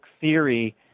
theory